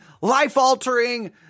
life-altering